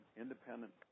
independent